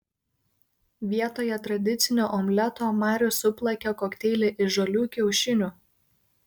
vietoje tradicinio omleto marius suplakė kokteilį iš žalių kiaušinių